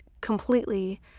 completely